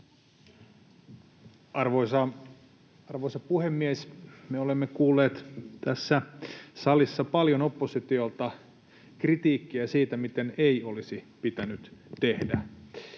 Arvoisa puhemies! Me olemme kuulleet tässä salissa paljon oppositiolta kritiikkiä siitä, miten ei olisi pitänyt tehdä,